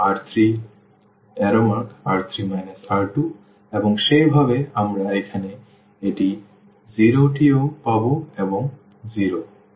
সুতরাং R3R3 R2 এবং সেই ভাবে আমরা এখানে এই 0 টিও পাব 0 এবং 0